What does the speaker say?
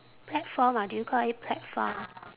platform ah do you call it platform